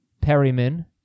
Perryman